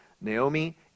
Naomi